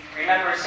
remember